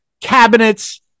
cabinets